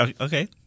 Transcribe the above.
Okay